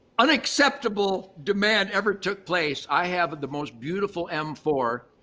unacceptable demand ever took place, i have the most beautiful m four